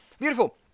Beautiful